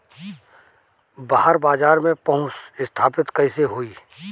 बाहर बाजार में पहुंच स्थापित कैसे होई?